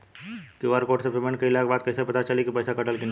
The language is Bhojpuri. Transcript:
क्यू.आर कोड से पेमेंट कईला के बाद कईसे पता चली की पैसा कटल की ना?